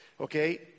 Okay